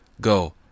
Go